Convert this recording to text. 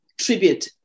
tribute